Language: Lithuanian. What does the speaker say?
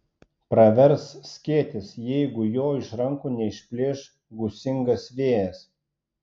pravers skėtis jeigu jo iš rankų neišplėš gūsingas vėjas